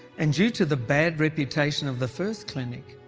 and due to the bad reputation of the first clinic,